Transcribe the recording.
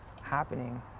happening